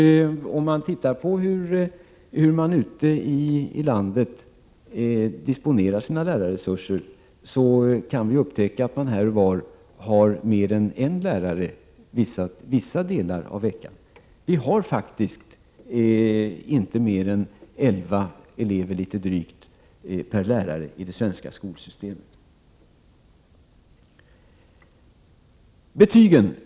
Om vi tittar på hur lärarresurserna ute i landet disponeras, kan vi upptäcka att man här och där har mer än en lärare vissa delar av veckan. Vi har faktiskt inte mer än drygt elva elever per lärare i det svenska skolsystemet. Sedan något om betygen.